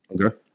okay